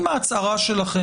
לא חל, הם לא כלולים שם.